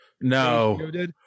No